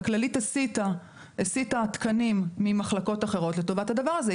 הכללית הסיטה תקנים ממחלקות אחרות לטובת הדבר הזה.